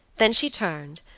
then she turned,